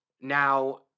Now